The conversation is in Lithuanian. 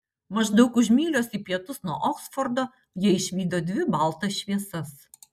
maždaug už mylios į pietus nuo oksfordo jie išvydo dvi baltas šviesas